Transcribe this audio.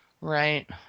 right